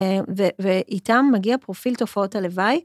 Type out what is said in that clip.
ואיתם מגיע פרופיל תופעות הלוואי.